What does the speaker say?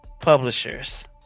Publishers